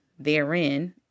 therein